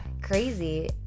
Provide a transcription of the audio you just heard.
Crazy